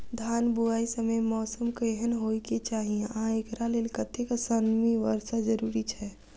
धान बुआई समय मौसम केहन होइ केँ चाहि आ एकरा लेल कतेक सँ मी वर्षा जरूरी छै?